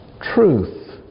truth